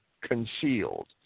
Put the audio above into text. concealed